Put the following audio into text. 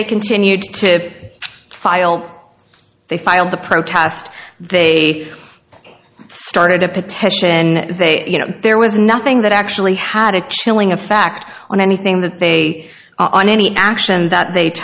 they continued to file they filed the protest they started a petition and they you know there was nothing that actually had a chilling effect on anything that they are on any action that they